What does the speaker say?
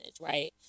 Right